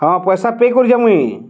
ହଁ ପଇସା ପେ କରିଛି ମୁଁ